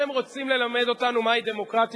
אתם באמת רוצים ללמד אותנו מהי דמוקרטיה?